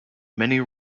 many